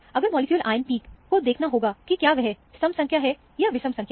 अगर molecular ion peak को देखना होगा कि क्या वह सम संख्या है या विषम संख्या है